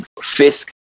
Fisk